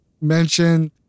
mention